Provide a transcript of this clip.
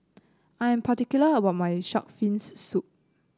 I'm particular about my shark's fin soup